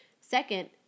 Second